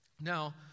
Now